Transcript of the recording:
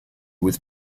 with